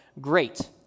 great